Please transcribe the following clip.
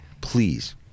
please